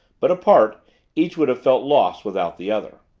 but apart each would have felt lost without the other.